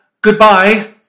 goodbye